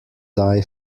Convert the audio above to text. die